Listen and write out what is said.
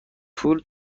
پول